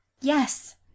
yes